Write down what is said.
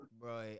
Bro